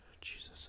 Jesus